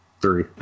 three